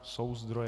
Jsou zdroje?